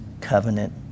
covenant